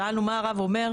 שאלנו מה הרב אומר,